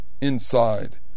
inside